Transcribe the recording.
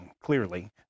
clearly